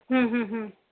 हूं हूं हूं